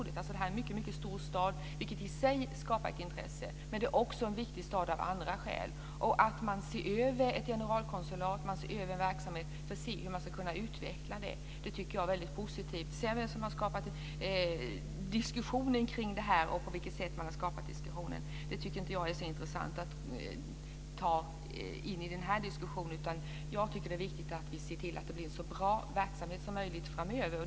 Det är alltså en mycket stor stad, vilket i sig skapar ett intresse. Men det är också en viktig stad av andra skäl. Att man ser över ett generalkonsulat och en verksamhet för att se hur man ska kunna utveckla den tycker jag är positivt. Vem som sedan har skapat diskussionen kring detta och på vilket sätt tycker jag inte är så intressant att ta in i den här diskussionen. Jag tycker i stället att det är viktigt att vi ser till att det blir en så bra verksamhet som möjligt framöver.